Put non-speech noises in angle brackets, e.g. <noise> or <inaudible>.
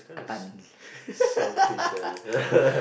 Ah-Tan <laughs>